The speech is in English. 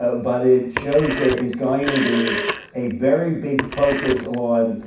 ah but it shows there is going to be a very big focus on,